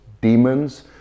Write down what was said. demons